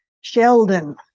sheldon